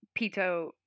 pito